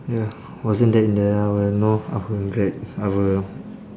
ya wasn't that in the our know our grad~ our